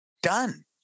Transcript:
done